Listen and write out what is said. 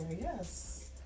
yes